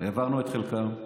העברנו את חלקם.